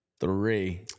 Three